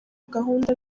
gahunda